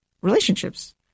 Relationships